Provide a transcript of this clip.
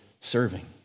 serving